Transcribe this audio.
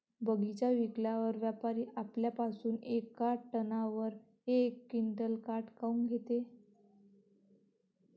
बगीचा विकल्यावर व्यापारी आपल्या पासुन येका टनावर यक क्विंटल काट काऊन घेते?